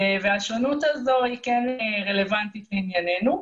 השונות הזו היא כן רלוונטית לענייננו.